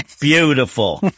beautiful